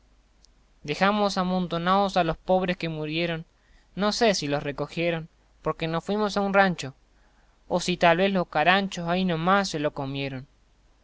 dejamos amotonaos a los pobres que murieron no sé si los recogieron porque nos fuimos a un rancho o si tal vez los caranchos ahi no más se los comieron